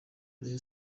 rayon